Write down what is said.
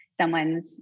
someone's